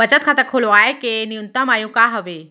बचत खाता खोलवाय के न्यूनतम आयु का हवे?